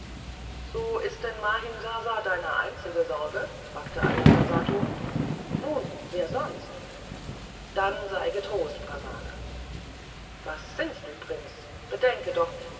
so ist denn mahimsasa deine einzige sorge fragte ajatasattu nun wer sonst dann sei getrost brahmane was sinnst du prinz bedenke doch